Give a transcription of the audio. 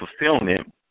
fulfillment